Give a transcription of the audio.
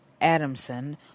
Adamson